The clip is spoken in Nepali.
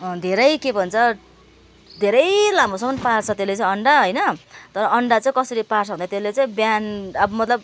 धेरै के भन्छ धेरै लामोसम्म पार्छ त्यसले चाहिँ अन्डा होइन तर अन्डा चाहिँ कसरी पार्छ भन्दा त्यसले चाहिँ बिहान अब मतलब